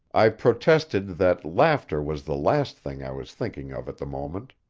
i protested that laughter was the last thing i was thinking of at the moment.